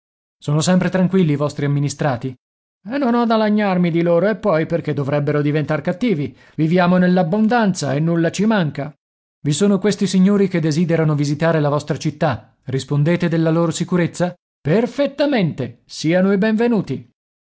sono sempre tranquilli i vostri amministrati non ho da lagnarmi di loro e poi perché dovrebbero diventar cattivi viviamo nell'abbondanza e nulla ci manca i sono questi signori che desiderano visitare la vostra città rispondete della loro sicurezza perfettamente siano i benvenuti